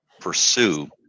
pursue